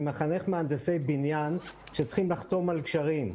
אני מחנך מהנדסי בניין שצריכים לחתום על גשרים.